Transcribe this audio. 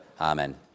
amen